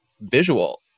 visual